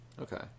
Okay